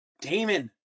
Damon